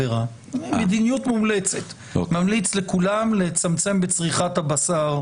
יצמצם הדבקות וגם יצמצם נסיעות.